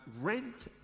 rent